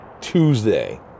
Tuesday